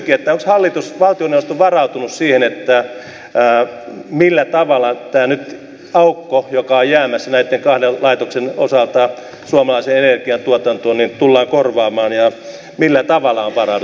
onko hallitus valtioneuvosto varautunut siihen millä tavalla nyt tämä aukko joka on jäämässä näiden kahden laitoksen osalta suomalaiseen energiantuotantoon tullaan korvaamaan ja millä tavalla on varauduttu jos on varauduttu